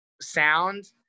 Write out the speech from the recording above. sound